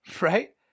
right